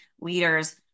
leaders